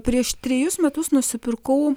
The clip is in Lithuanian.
prieš trejus metus nusipirkau